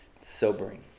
sobering